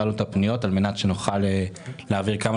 הפעלנו את הפניות על מנת שנוכל להעביר כמה